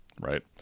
Right